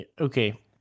Okay